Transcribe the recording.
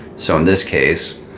so in this case,